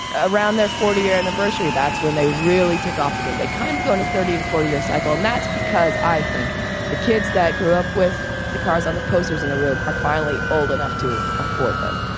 around their forty year anniversary. that's when they really took off again. they kind of go into thirty to forty year cycle. and that's because i think the kids that grew up with the cars on the posters in the room are finally old enough to afford them.